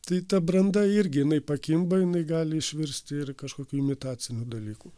tai ta branda irgi jinai pakimba jinai gali išvirsti ir kažkokiu imitaciniu dalyku